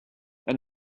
and